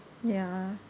ya